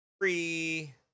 three